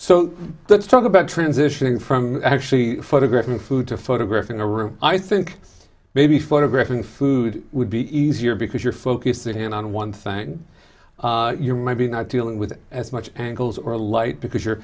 so let's talk about transitioning from actually photographing food to photographing a room i think maybe photographing food would be easier because you're focusing in on one thing you might be not dealing with as much angles or light because you're